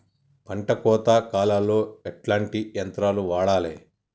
పంట కోత కాలాల్లో ఎట్లాంటి యంత్రాలు వాడాలే?